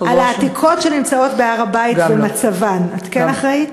לעתיקות שנמצאות בהר-הבית ומצבן את כן אחראית?